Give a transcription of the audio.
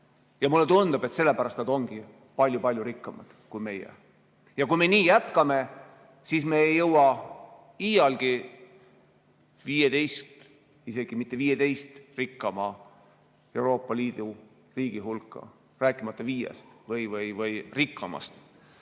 ja mulle tundub, et sellepärast nad ongi palju-palju rikkamad kui meie. Kui me nii jätkame, siis me ei jõua iialgi isegi mitte 15 rikkama Euroopa Liidu riigi hulka, rääkimata viiest. Sest